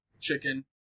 Chicken